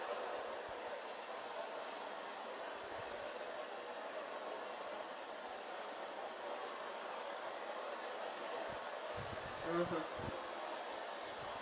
mmhmm